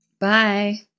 Bye